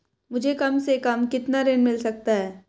मुझे कम से कम कितना ऋण मिल सकता है?